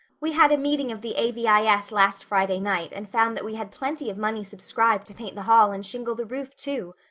we had a meeting of the a v i s. last friday night and found that we had plenty of money subscribed to paint the hall and shingle the roof too.